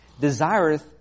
desireth